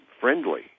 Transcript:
friendly